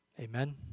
Amen